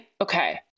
okay